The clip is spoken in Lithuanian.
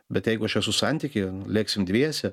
bet jeigu aš esu santykyje lėksim dviese